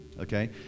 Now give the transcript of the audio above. okay